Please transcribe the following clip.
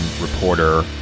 reporter